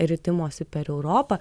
ritimosi per europą